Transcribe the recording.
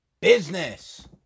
business